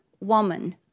woman